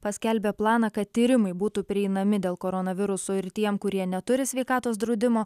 paskelbė planą kad tyrimai būtų prieinami dėl koronaviruso ir tiem kurie neturi sveikatos draudimo